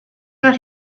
out